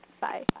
Bye